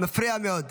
זה מפריע מאוד.